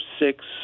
six